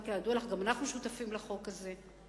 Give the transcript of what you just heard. וכידוע לך גם אנחנו שותפים לחוק הזה.